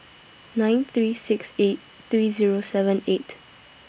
nine three six eight three Zero seven eight